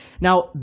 Now